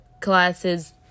classes